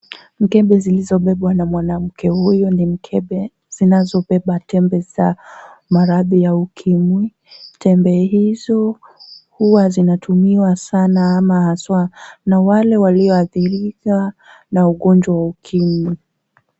Mkebe zilizobebwa na mwanamke huyu ni mkebe zinazobeba tembe za maradhi ya ukimwi, tembe hizo huwa zinatumiwa sana ama haswa na wale walioadhirika na ugonjwa wa ukimwi.